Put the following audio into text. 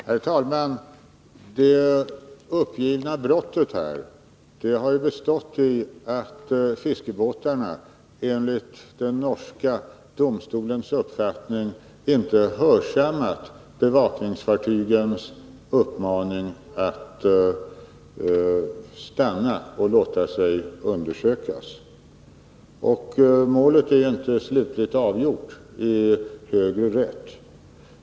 Herr talman! Det uppgivna brottet har bestått i att fiskebåtarna enligt den norska domstolens uppfattning inte hörsammat bevakningsfartygens uppmaning att stanna och låta sig undersökas. Målet är dock inte slutligt avgjort i högre rätt.